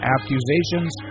Accusations